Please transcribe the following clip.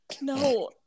No